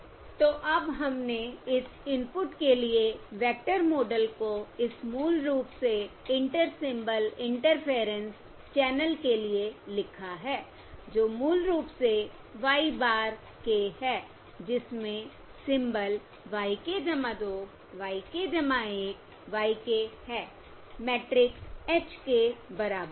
तो अब हमने इस इनपुट के लिए वेक्टर मॉडल को इस मूल रूप से इंटर सिंबल इंटरफेयरेंस चैनल के लिए लिखा है जो मूल रूप से y bar k है जिसमें symbol y k 2 y k 1 y k है मैट्रिक्स h के बराबर है